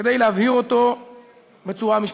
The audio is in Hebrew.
כדי להבהיר אותו בצורה משפטית.